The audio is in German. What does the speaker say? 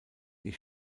die